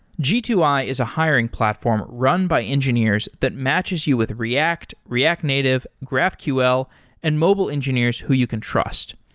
g two i is a hiring platform run by engineers that matches you with react, react native, graphql and mobile engineers who you can trust.